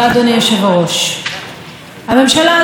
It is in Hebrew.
כבר אי-אפשר לספור את מספר העברות הסמכויות